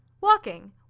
Walking